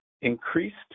increased